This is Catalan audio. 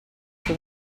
que